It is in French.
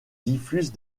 diffuse